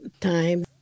time